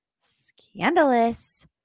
Scandalous